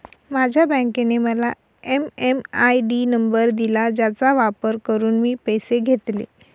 माझ्या बँकेने मला एम.एम.आय.डी नंबर दिला ज्याचा वापर करून मी पैसे घेतले